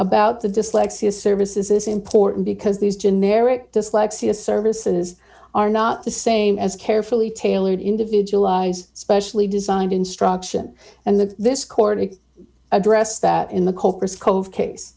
about the dyslexia service is this important because these generic dyslexia services are not the same as carefully tailored individualized specially designed instruction and that this court addressed that in the cold case